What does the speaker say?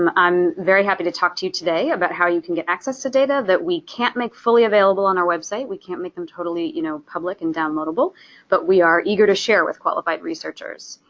um i'm very happy to talk to you today about how you can get access to data that we can't make fully available on our website, we can't make them totally, you know, public and downloadable but we are eager to share with qualified researchers.